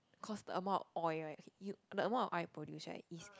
cause the amount of oil right you the amount of oil produced right